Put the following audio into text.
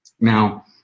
Now